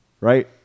Right